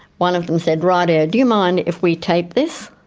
one of them said, righto, do you mind if we tape this?